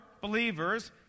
believers